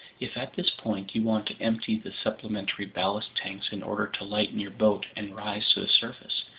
if at this point you want to empty the supplementary ballast tanks in order to lighten your boat and rise to the surface,